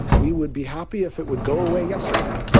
we would be happy if it would go away yesterday.